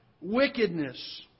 wickedness